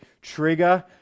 trigger